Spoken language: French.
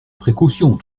précaution